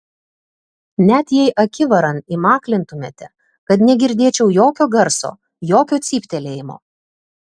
net jei akivaran įmaklintumėte kad negirdėčiau jokio garso jokio cyptelėjimo